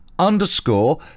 underscore